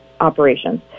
operations